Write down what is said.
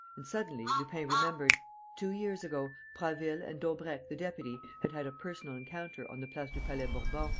and, suddenly, lupin remembered two years ago, prasville and daubrecq the deputy had had a personal encounter on the place du palais-bourbon.